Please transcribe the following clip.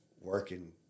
working